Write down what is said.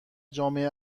جامعه